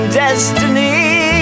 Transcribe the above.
destiny